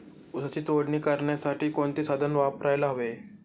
ऊसाची तोडणी करण्यासाठी कोणते साधन वापरायला हवे?